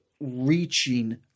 reaching